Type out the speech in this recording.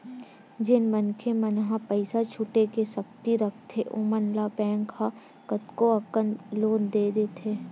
जेन मनखे मन ह पइसा छुटे के सक्ति रखथे ओमन ल बेंक ह कतको अकन ले लोन दे देथे